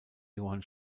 johann